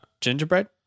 gingerbread